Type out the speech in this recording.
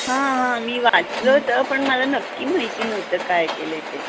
हां हां मी वाचलं होतं पण मला नक्की माहिती नव्हतं काय केलं आहे ते